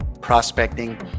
prospecting